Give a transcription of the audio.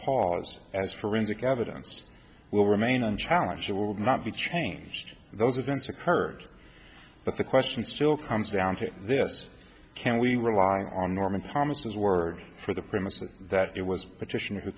pause as forensic evidence will remain unchallenged she will not be changed those events occurred but the question still comes down to this can we rely on norman thomas his word for the premises that it was petitioner who